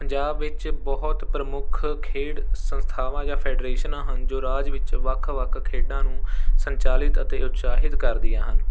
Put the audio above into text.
ਪੰਜਾਬ ਵਿੱਚ ਬਹੁਤ ਪ੍ਰਮੁੱਖ ਖੇਡ ਸੰਸਥਾਵਾਂ ਜਾਂ ਫੈਡਰੇਸ਼ਨਾਂ ਹਨ ਜੋ ਰਾਜ ਵਿੱਚ ਵੱਖ ਵੱਖ ਖੇਡਾਂ ਨੂੰ ਸੰਚਾਲਿਤ ਅਤੇ ਉਤਸ਼ਾਹਿਤ ਕਰਦੀਆਂ ਹਨ